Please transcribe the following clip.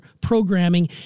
programming